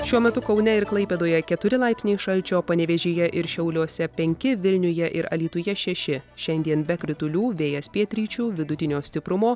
šiuo metu kaune ir klaipėdoje keturi laipsniai šalčio panevėžyje ir šiauliuose penki vilniuje ir alytuje šeši šiandien be kritulių vėjas pietryčių vidutinio stiprumo